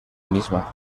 misma